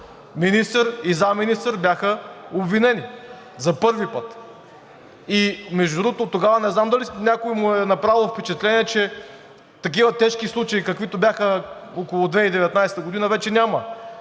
министър и заместник-министър бяха обвинени. За първи път! И между другото, тогава не знам дали на някого му е направило впечатление, че такива тежки случаи, каквито бяха около 2019 г., вече няма,